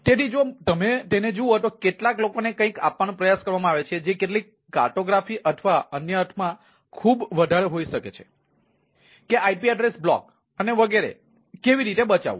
તેથી જો તમે તેને જુઓ તો કેટલાક લોકોને કંઈક આપવાનો પ્રયાસ કરવામાં આવે છે જે કેટલીક કાર્ટોગ્રાફી અને વગેરે કેવી રીતે બચાવવું